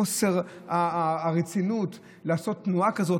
חוסר הרצינות לעשות תנועה כזאת.